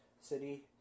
City